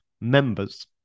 members